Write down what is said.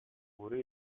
أريد